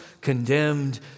condemned